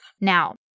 Now